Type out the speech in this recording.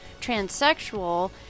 Transsexual